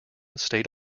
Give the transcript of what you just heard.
state